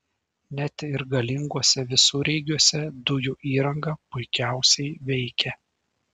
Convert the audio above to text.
net ir galinguose visureigiuose dujų įranga puikiausiai veikia